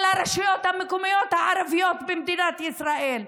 הרשויות המקומיות הערביות במדינת ישראל: